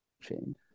change